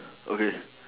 okay